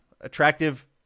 attractive